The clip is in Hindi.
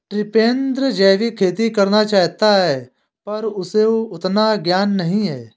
टिपेंद्र जैविक खेती करना चाहता है पर उसे उतना ज्ञान नही है